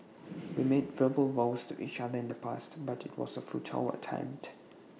we made verbal vows to each other in the past but IT was A futile attempt